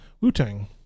Wu-Tang